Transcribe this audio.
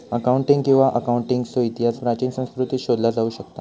accounting किंवा अकाउंटन्सीचो इतिहास प्राचीन संस्कृतींत शोधला जाऊ शकता